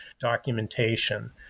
documentation